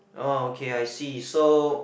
oh okay I see so